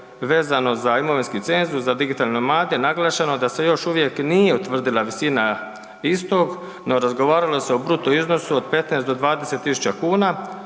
vezano za imovinski cenzus za digitalne nomade naglašeno da se još uvijek nije utvrdila visina istog, no razgovaralo se o bruto iznosu od 15 do 20.000 kuna